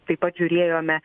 taip pat žiūrėjome